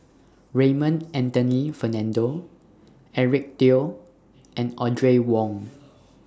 Raymond Anthony Fernando Eric Teo and Audrey Wong